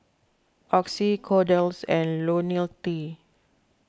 Oxy Kordel's and Ionil T